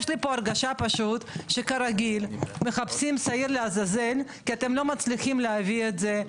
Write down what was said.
יש לי הרגשה שכרגיל מחפשים שעיר לעזאזל כי אתם לא מצליחים להביא את זה.